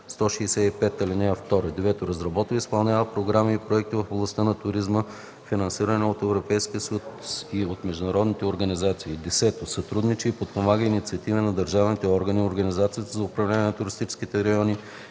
165, ал. 2; 9. разработва и изпълнява програми и проекти в областта на туризма, финансирани от Европейския съюз и от международни организации; 10. сътрудничи и подпомага инициативи на държавните органи, организацията за управление на туристическия район